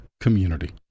community